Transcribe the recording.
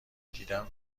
دیدم